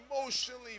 emotionally